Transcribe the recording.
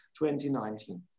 2019